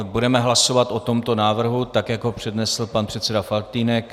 Budeme hlasovat o tomto návrhu tak, jak ho přednesl pan předseda Faltýnek.